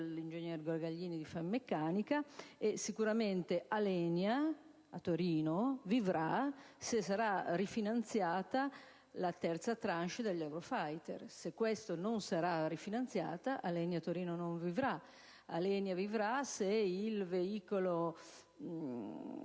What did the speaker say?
l'ingegner Guarguaglini, presidente di Finmeccanica: sicuramente l'Alenia di Torino vivrà se sarà rifinanziata la terza *tranche* degli *Eurofighter*. Se non sarà rifinanziata, l'Alenia di Torino non vivrà. L'Alenia vivrà se il veicolo